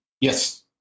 Yes